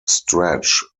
stretch